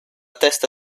testa